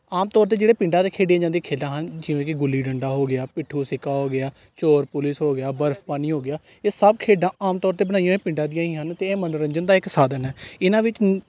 ਆਮ ਤੌਰ 'ਤੇ ਜਿਹੜੇ ਪਿੰਡਾਂ ਦੇ ਖੇਡੀਆਂ ਜਾਂਦੀਆਂ ਖੇਡਾਂ ਹਨ ਜਿਵੇਂ ਕਿ ਗੁੱਲੀ ਡੰਡਾ ਹੋ ਗਿਆ ਪਿੱਠੂ ਸਿੱਕਾ ਹੋ ਗਿਆ ਚੋਰ ਪੁਲਿਸ ਹੋ ਗਿਆ ਬਰਫ ਪਾਣੀ ਹੋ ਗਿਆ ਇਹ ਸਭ ਖੇਡਾਂ ਆਮ ਤੌਰ 'ਤੇ ਬਣਾਈਆਂ ਹੋਈਆਂ ਪਿੰਡਾਂ ਦੀਆਂ ਹੀ ਹਨ ਅਤੇ ਇਹ ਮਨੋਰੰਜਨ ਦਾ ਇੱਕ ਸਾਧਨ ਹੈ ਇਹਨਾਂ ਵਿੱਚ